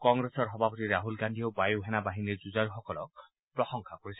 কংগ্ৰেছৰ সভাপতি ৰাহুল গান্ধীয়েও বায় সেনা বাহিনীৰ যুঁজাৰুসকলক প্ৰশংসা কৰিছে